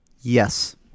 Yes